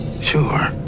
Sure